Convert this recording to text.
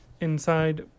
Inside